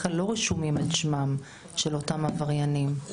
כלל לא רשומים על שמם של אותם עבריינים,